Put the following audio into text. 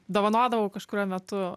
dovanodavau kažkuriuo metu